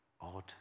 odd